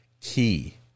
key